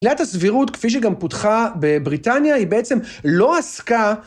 עילת הסבירות כפי שגם פותחה בבריטניה היא בעצם לא עסקה